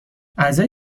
اعضای